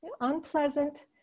unpleasant